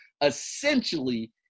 essentially